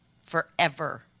forever